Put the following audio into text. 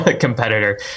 competitor